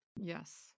Yes